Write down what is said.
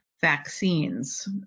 vaccines